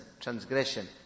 transgression